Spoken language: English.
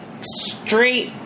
straight